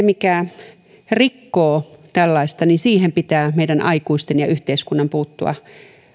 mikä rikkoo tällaista pitää meidän aikuisten ja yhteiskunnan puuttua